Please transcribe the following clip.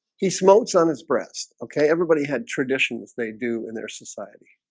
he smokes on his breast, okay, everybody had tradition if they do in their society